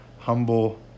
humble